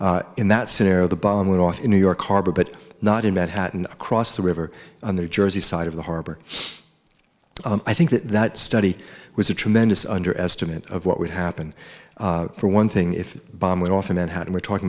dollars in that scenario the bomb went off in new york harbor but not in manhattan across the river on the jersey side of the harbor i think that that study was a tremendous under estimate of what would happen for one thing if the bomb went off a manhattan we're talking